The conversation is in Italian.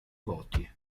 voti